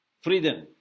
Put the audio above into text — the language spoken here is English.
freedom